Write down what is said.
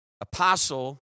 apostle